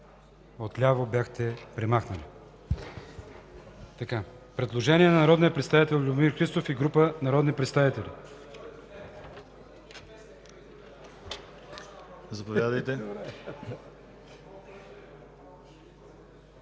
от ляво бяхте премахнали. Предложение на народния представител Любомир Христов и група народни представители...